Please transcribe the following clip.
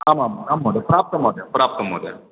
आमाम् आं महोदय प्राप्तं महोदय प्राप्तं महोदय